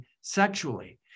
sexually